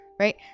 right